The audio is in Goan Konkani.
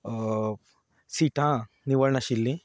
सिटां निवळ नाशिल्लीं